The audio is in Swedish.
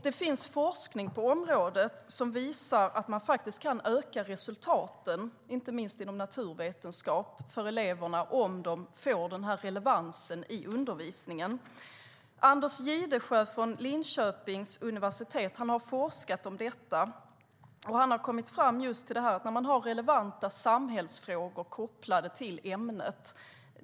Det finns forskning på området som visar att man kan öka elevernas resultat, inte minst inom naturvetenskap, om de får denna relevans i undervisningen. Anders Jidesjö från Linköpings universitet har forskat om detta och kommit fram till att resultaten ökar när relevanta samhällsfrågor kopplas till ämnet.